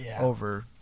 over